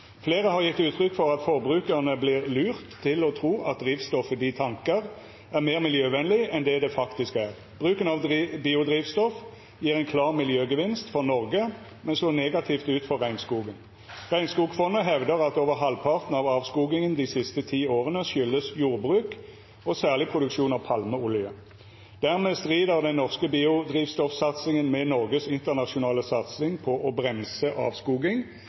Flere har gitt uttrykk for at forbrukerne blir lurt til å tro at drivstoffet de tanker, er mer miljøvennlig enn det faktisk er. Bruken av biodrivstoff gir en klar miljøgevinst for Norge, men det slår negativt ut for regnskogen. Regnskogfondet hevder at over halvparten av avskogingen de siste ti årene skyldes jordbruk og særlig produksjon av palmeolje. Dermed strider den norske biodrivstoffsatsingen med Norges internasjonale satsing på å bremse avskogingen av